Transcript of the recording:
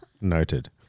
Noted